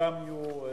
בעזרת השם.